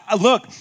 look